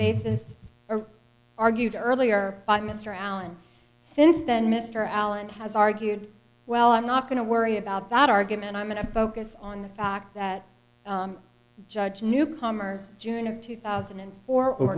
basis or argued earlier by mr allen since then mr allen has argued well i'm not going to worry about that argument i'm going to focus on the fact that judge newcomers june of two thousand and four or